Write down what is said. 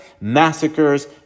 massacres